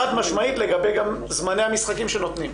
חד משמעית לגבי זמני המשחקים שנותנים.